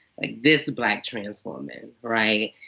like, this black trans woman. right?